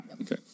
Okay